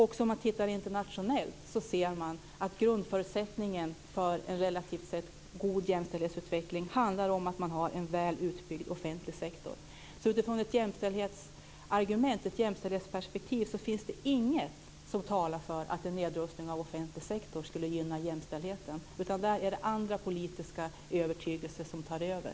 Om man tittar internationellt ser man att grundförutsättningen för en relativt sett god jämställdhetsutveckling handlar om att man har en väl utbyggd offentlig sektor. Utifrån ett jämställdhetsperspektiv finns det därför inget som talar för att en nedrustning av offentlig sektor skulle gynna jämställdheten, utan det är andra politiska övertygelser som tar över.